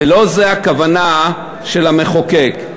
ולא זו הכוונה של המחוקק.